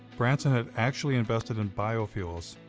branson had actually invested in biofuels.